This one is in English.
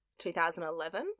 2011